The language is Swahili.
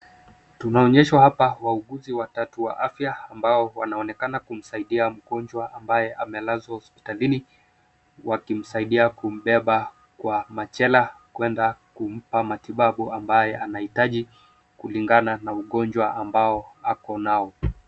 Tunaonyeshwa hapa wauguzi watatu wa afya ambao wanaonekana kumsaidia mgonjwa ambaye amelazwa hospitalini, wakimsaidia kumbeba kwa machela kwenda kumpa matibabu ambaye anahitaji kulingana na ugonjwa ambao ako nao.